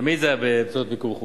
זה היה תמיד באמצעות מיקור-חוץ.